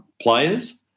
players